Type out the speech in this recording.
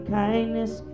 kindness